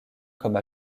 comme